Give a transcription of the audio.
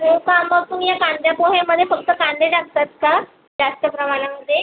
हो का मग तुम्ही या कांद्या पोह्यामध्ये फक्त कांदे टाकतात का जास्त प्रमाणामध्ये